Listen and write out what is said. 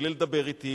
בלי לדבר אתי,